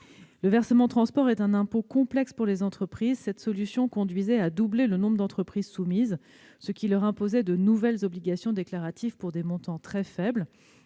le versement transport est un impôt complexe pour les entreprises, cette solution conduisait à doubler le nombre d'entreprises soumises à cette imposition, ce qui les contraignait à assumer de nouvelles obligations déclaratives pour des montants très faibles.